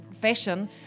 fashion